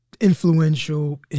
influential